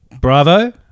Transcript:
Bravo